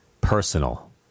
personal